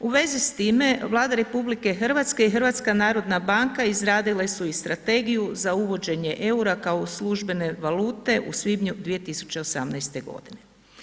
U vezi s time Vlada RH i HNB izradile su i strategiju za uvođenje eura kao službene valute u svibnju 2018. godine.